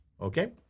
Okay